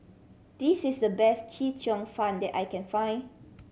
this is the best Chee Cheong Fun that I can find